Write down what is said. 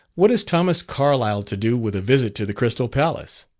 what has thomas carlyle to do with a visit to the crystal palace?